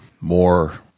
more